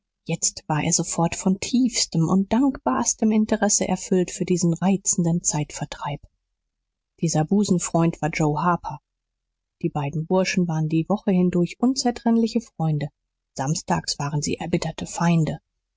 jetzt war er sofort von tiefstem und dankbarstem interesse erfüllt für diesen reizenden zeitvertreib dieser busenfreund war joe harper die beiden burschen waren die woche hindurch unzertrennliche freunde samstags waren sie erbitterte feinde